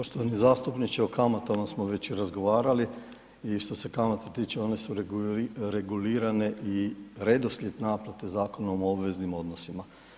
Poštovani zastupniče o kamatama smo već i razgovarali i što se kamata tiče one su regulirane i redoslijed naplate Zakonom o obveznim odnosima.